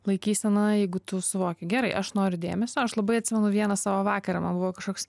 laikysena jeigu tu suvoki gerai aš noriu dėmesio aš labai atsimenu vieną savo vakarą man buvo kažkoks